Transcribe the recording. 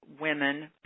women